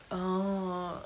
oh